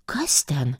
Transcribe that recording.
kas ten